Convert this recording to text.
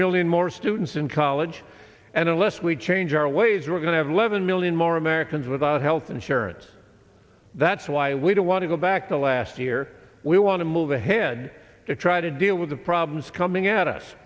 million more students in college and unless we change our way we're going to have eleven million more americans without health insurance that's why we don't want to go back to last year we want to move ahead to try to deal with the problems coming at us